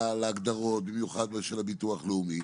להגדרות במיוחד של הביטוח לאומי.